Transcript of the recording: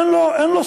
אין לו סוף.